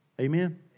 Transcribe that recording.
Amen